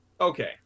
Okay